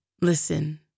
listen